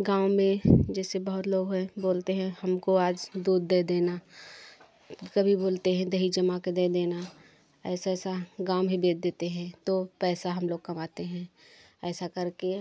गाँव में जैसे बहुत लोग है बोलते हैं हमको आज दूध दे देना कभी बोलते हैं दही जमा के दे देना ऐसा ऐसा गाँव में ही बेच देते हैं तो पैसा हम लोग कमाते हैं ऐसा करके